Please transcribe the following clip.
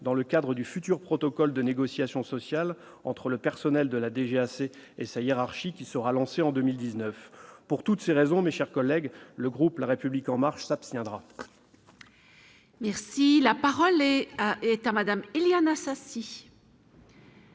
dans le cadre du futur protocole de négociations sociales entre le personnel de la DGAC et ça hiérarchie qui sera lancé en 2019 pour toutes ces raisons, mes chers collègues, le groupe la République en marche s'abstiendra.